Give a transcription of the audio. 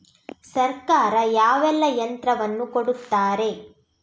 ಸರ್ಕಾರ ಯಾವೆಲ್ಲಾ ಯಂತ್ರವನ್ನು ಕೊಡುತ್ತಾರೆ?